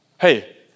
hey